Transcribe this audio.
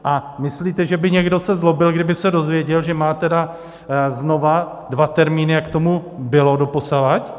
A myslíte, že by se někdo zlobil, kdyby se dozvěděl, že má tedy znova dva termíny, jak tomu bylo doposud?